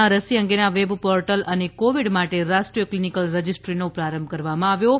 ના રસી અંગેના વેબ પોર્ટલ અને કોવિડ માટે રાષ્ટ્રીય ક્લિનિકલ રજિસ્ટ્રીનો પ્રારંભ કરવામાં આવ્યો છે